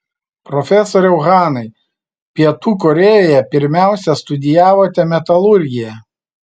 profesoriau hanai pietų korėjoje pirmiausia studijavote metalurgiją